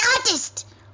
artist